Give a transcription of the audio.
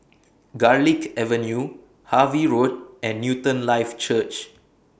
Garlick Avenue Harvey Road and Newton Life Church